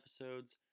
episodes